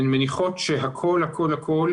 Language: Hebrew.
הן מניחות שהכול, הכול, הכול